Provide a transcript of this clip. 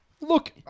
look